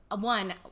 one